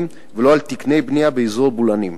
ולא על תקני בנייה באזורי בולענים.